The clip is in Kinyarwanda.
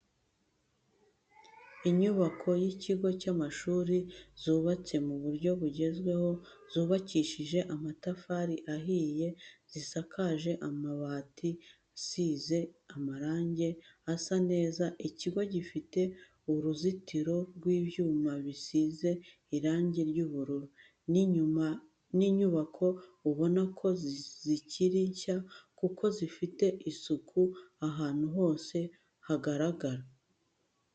Inyubako y'ikigo cy'amashuri zubatse mu buryo bugezweho zubakishije amatafari ahiye zisakaje amabati zisize amarange asa neza, ikigo gifite uruzitiro rw'ibyuma bisize irangi ry'ubururu. Ni inyubako ubona ko zikiri nshya kuko zifite isuku ahantu hose hagaragara.